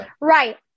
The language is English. Right